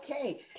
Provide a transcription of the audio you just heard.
Okay